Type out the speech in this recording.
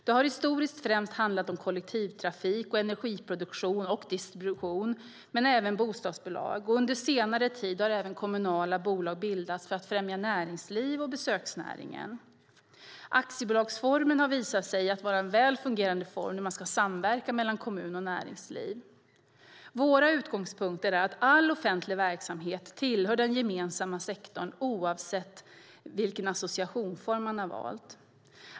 Det har historiskt främst handlat om kollektivtrafik, energiproduktion och distribution men även bostadsbolag, och under senare tid har även kommunala bolag bildats för att främja näringslivet och besöksnäringen. Aktiebolagsformen har visat sig vara en väl fungerande form när man ska samverka mellan kommuner och näringsliv. Vår utgångspunkt är att all offentlig verksamhet tillhör den gemensamma sektorn oavsett vilken associationsform man har valt.